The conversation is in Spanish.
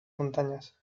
montañas